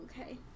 okay